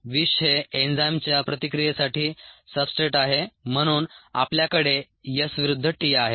विष हे एन्झाइमच्या प्रतिक्रियेसाठी सब्सट्रेट आहे म्हणून आपल्याकडे s विरुद्ध t आहे